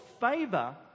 favor